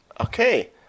Okay